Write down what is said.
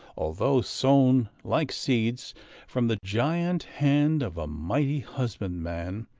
although sown like seeds from the giant hand of a mighty husbandman,